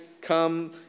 come